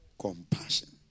Compassion